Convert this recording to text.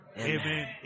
Amen